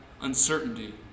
uncertainty